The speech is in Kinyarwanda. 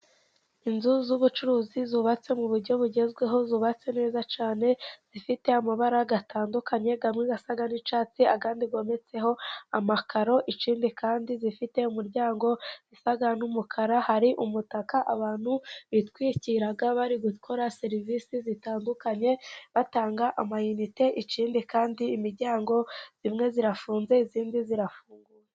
Inzu z'ubucuruzi zubatse mu buryo bugezweho, zubatse neza cyane zifite amabara atandukanye :amwe asa n'icyatsi ayandi yometseho amakaro, ikindi kandi ifite umuryango usa n'umukara, hari umutaka abantu bitwikira bari gukora serivisi zitandukanye ,batanga amayinite kandi imiryango imwe irafunze indi irafuguye.